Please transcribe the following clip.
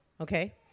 okay